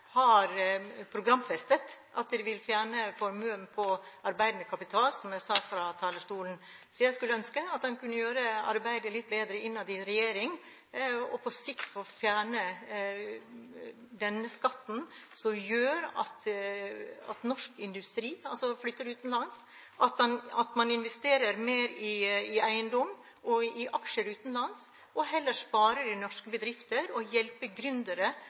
har programfestet at man vil fjerne formuesskatten på arbeidende kapital, som jeg sa fra talerstolen. Så jeg skulle ønske at man kunne gjøre arbeidet litt bedre innad i regjeringen, slik at man på sikt fikk fjernet denne skatten som gjør at norsk industri flytter utenlands, og at man investerer mer i eiendom og aksjer utenlands. Vi ønsker at man heller sparer i norske bedrifter og hjelper